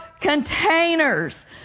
containers